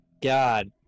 God